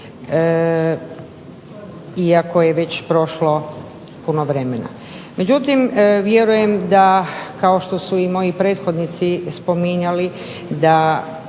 iako je već prošlo puno vremena. Međutim, vjerujem da kao što su moji prethodnici spominjali da